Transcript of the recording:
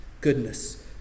goodness